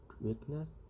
weakness